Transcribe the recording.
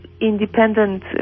independent